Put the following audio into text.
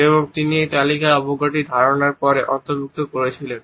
এবং তিনি এই তালিকায় অবজ্ঞার ধারণাটি পরে অন্তর্ভুক্ত করেছিলেন